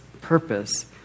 purpose